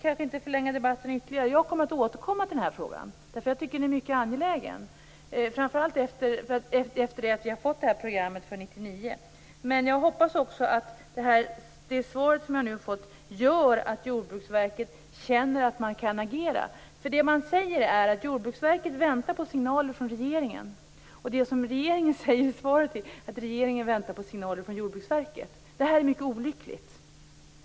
Jag kommer att återkomma till denna fråga, eftersom jag tycker att den är mycket angelägen, framför allt efter det att vi har fått detta program för 1999. Men jag hoppas också att det svar som jag nu har fått gör att Jordbruksverket känner att man kan agera. Det som sägs är att Jordbruksverket väntar på signaler från regeringen. Och regeringen säger i svaret att regeringen väntar på signaler från Jordbruksverket. Detta är mycket olyckligt.